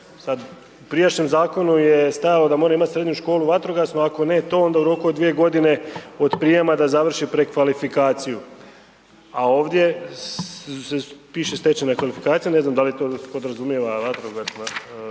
Sad, u prijašnjem zakonu je stajalo da mora imati srednju školu vatrogasnu, ako ne to onda u roku od 2 godine od prijema da završi prekvalifikaciju. A ovdje piše stečena kvalifikacija, ne znam da li to podrazumijeva vatrogasna